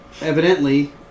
evidently